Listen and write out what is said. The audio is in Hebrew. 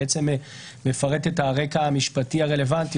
המסמך מפרט את הרקע המשפטי הרלוונטי,